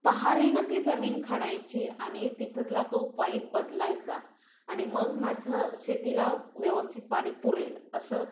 पहारीनं ती जमीन खणायची आणि तिथला तो पाईप बदलायचा आणि मग माझं शेतीला व्यवस्थित पाणी पुरेल असं